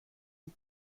die